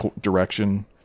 direction